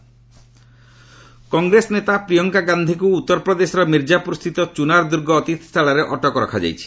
UP updation Congress ନେତା ପ୍ରିୟଙ୍କା ଗାନ୍ଧିଙ୍କୁ ଉତ୍ତର ପ୍ରଦେଶର ମିର୍ଜାପୁର ସ୍ଥିତ ଚୁନାର୍ ଦୂର୍ଗ ଅତିଥିଶାଳାରେ ଅଟକ ରଖାଯାଇଛି